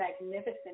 magnificent